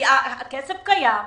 הכסף קיים.